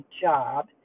job